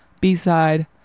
B-side